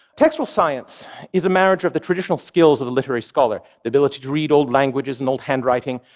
textual science is a marriage of the traditional skills of a literary scholar the ability to read old languages and old handwriting,